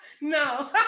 no